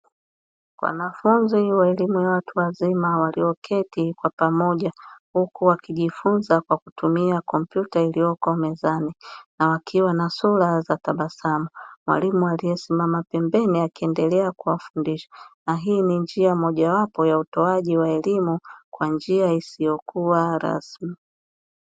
Wanafunzi wa elimu ya watu wazima walioketi kwa pamoja huku wakijifunza kwa kutumia kompyuta iliyoko mezani na wakiwa na sura za tabasamu, mwalimu aliyesimama pembeni akiendelea kuwafundisha na hii ni njia mojawapo ya utoaji wa elimu kwa njia isiyokuwa rasmi.